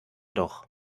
doch